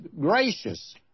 gracious